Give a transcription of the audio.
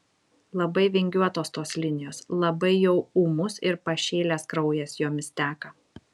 labai vingiuotos tos linijos labai jau ūmus ir pašėlęs kraujas jomis teka